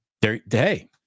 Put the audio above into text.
Hey